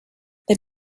they